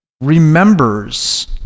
remembers